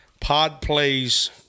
Podplays